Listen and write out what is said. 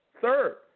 third